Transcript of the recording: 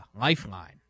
lifeline